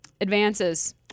advances